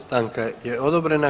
Stanka je odobrena.